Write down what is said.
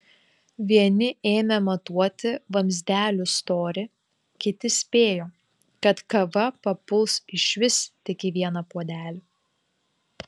vieni ėmė matuoti vamzdelių storį kiti spėjo kad kava papuls išvis tik į vieną puodelį